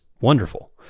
wonderful